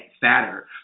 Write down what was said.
fatter